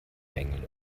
bengel